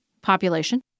population